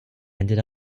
ended